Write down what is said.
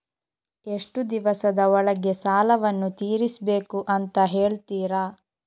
ಎಷ್ಟು ದಿವಸದ ಒಳಗೆ ಸಾಲವನ್ನು ತೀರಿಸ್ಬೇಕು ಅಂತ ಹೇಳ್ತಿರಾ?